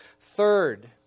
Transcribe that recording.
Third